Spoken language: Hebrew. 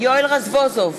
יואל רזבוזוב,